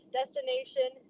destination